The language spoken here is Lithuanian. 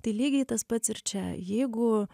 tai lygiai tas pats ir čia jeigu